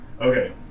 Okay